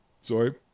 sorry